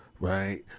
right